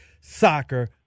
soccer